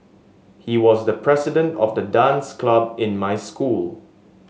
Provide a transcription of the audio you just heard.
he was the president of the dance club in my school